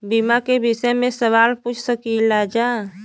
बीमा के विषय मे सवाल पूछ सकीलाजा?